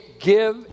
give